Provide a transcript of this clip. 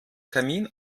kamin